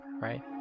right